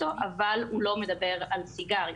אבל הוא לא מדבר על סיגריות.